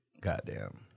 Goddamn